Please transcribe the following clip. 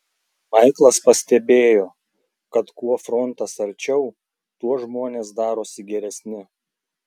maiklas pastebėjo kad kuo frontas arčiau tuo žmonės darosi geresni